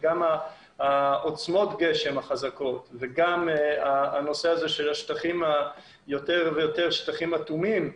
גם עוצמות הגשם החזקות וגם הנושא של יותר ויותר שטחים אטומים,